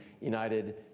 United